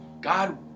God